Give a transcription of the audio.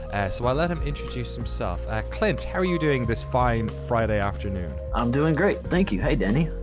so i'll let him introduce himself. clint, how are you doing this fine friday afternoon? i'm doing great, thank you. hey danny.